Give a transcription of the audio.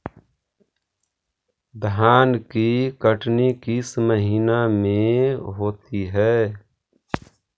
धान की कटनी किस महीने में होती है?